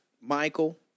Michael